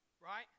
Right